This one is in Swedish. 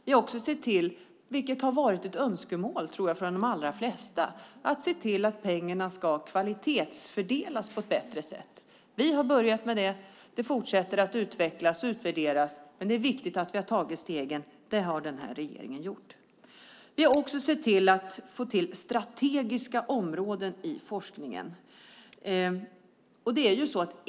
Vi har också sett till - och det tror jag har varit ett önskemål från de allra flesta - att pengarna ska kvalitetsfördelas på ett bättre sätt. Vi har börjat med det. Det fortsätter att utvecklas och utvärderas, men det är viktigt att vi har tagit stegen. Det har denna regering gjort. Vi har också sett till att få till strategiska områden i forskningen.